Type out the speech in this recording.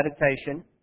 meditation